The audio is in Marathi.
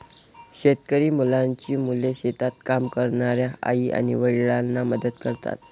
शेतकरी मुलांची मुले शेतात काम करणाऱ्या आई आणि वडिलांना मदत करतात